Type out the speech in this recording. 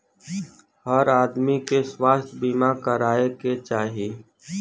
हर आदमी के स्वास्थ्य बीमा कराये के चाही